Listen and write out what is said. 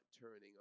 turning